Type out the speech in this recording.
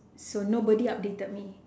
so nobody updated me